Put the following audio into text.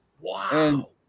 wow